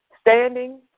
standing